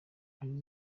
ari